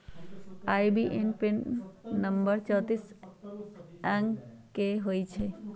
IBAN number चौतीस अंक के होइ छइ